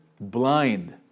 blind